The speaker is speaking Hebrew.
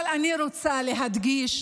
אבל אני רוצה להדגיש